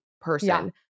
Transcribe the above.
person